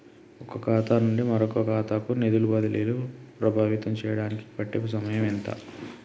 ఒక ఖాతా నుండి మరొక ఖాతా కు నిధులు బదిలీలు ప్రభావితం చేయటానికి పట్టే సమయం ఎంత?